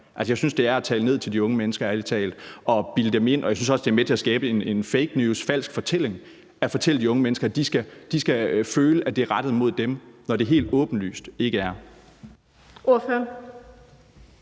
ærlig talt, det er at tale ned til de unge mennesker at bilde dem noget ind, og jeg synes også, det er med til at skabe fake news, altså en falsk fortælling, at fortælle de unge mennesker, at de skal føle, at det er rettet mod dem, når det helt åbenlyst ikke er.